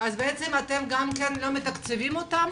אתם גם לא מתקצבים אותם?